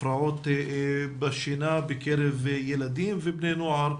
הפרעות בשינה בקרב ילדים ובני נוער,